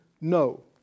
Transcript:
No